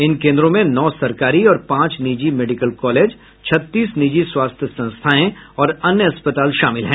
इन केन्द्रों में नौ सरकारी और पांच निजी मेडिकल कॉलेज छत्तीस निजी स्वास्थ्य संस्थाएं और अन्य अस्पताल शामिल हैं